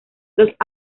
los